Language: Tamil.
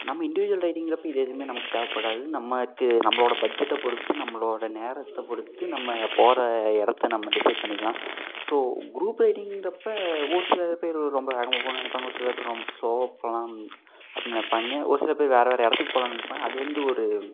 நம்ம இண்டிவிஜுவல் ரைடிங்கிறப்போ இதை எதுவுமே நமக்கு தேவைப்படாது நமக்கு நம்மளோட பட்ஜெட்டை பொறுத்து நம்மளோட நேரத்தை பொறுத்து நம்ம போகிற இடத்த நம்ம டிசைட் பண்ணிக்கலாம் ஸோ குரூப் ரைடிங்கிறப்போ ஒரு சில பேர் ரொம்ப வேகமாக போகணுன்னு நினைப்பாங்க ஒரு சில பேர் ரொம்ப ஸ்லோவாக போகலாம் அப்படினு நினைப்பாங்கே ஒரு சில பேர் வேறு வேறு இடத்துக்கு போகலான்னு நினைப்பாங்க அது வந்து ஒரு